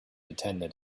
attended